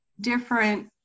different